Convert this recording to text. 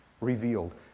revealed